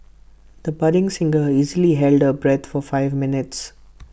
the budding singer easily held her bread for five minutes